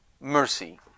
mercy